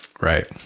right